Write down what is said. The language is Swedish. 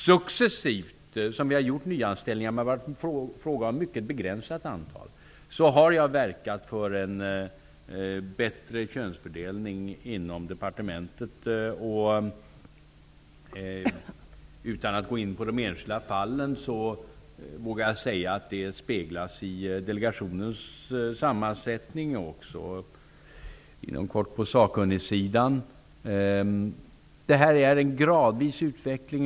När nyanställningar successivt har gjorts -- det har varit ett mycket begränsat antal -- har jag verkat för en bättre könsfördelning inom departementet. Utan att gå in på de enskilda fallen vågar jag säga att detta speglas i delegationens sammansättning samt också, inom kort, på sakkunnigsidan. Detta är en gradvis utveckling.